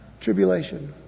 tribulation